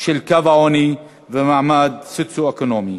של קו העוני ומעמד סוציו-אקונומי.